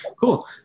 Cool